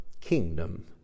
kingdom